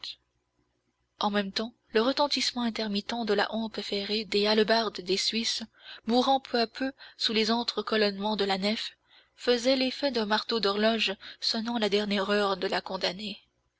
en même temps le retentissement intermittent de la hampe ferrée des hallebardes des suisses mourant peu à peu sous les entre colonnements de la nef faisait l'effet d'un marteau d'horloge sonnant la dernière heure de la condamnée